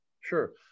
Sure